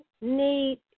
need